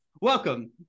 welcome